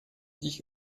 ich